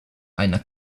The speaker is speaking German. einer